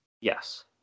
Yes